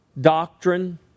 doctrine